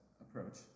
approach